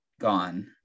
gone